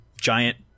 giant